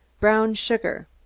brown sugar.